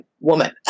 woman